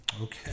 Okay